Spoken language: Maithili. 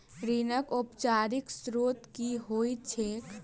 ऋणक औपचारिक स्त्रोत की होइत छैक?